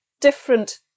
different